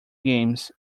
games